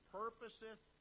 purposeth